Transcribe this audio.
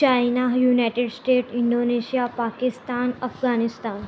China United States Indonesia Pakistan Afghanistan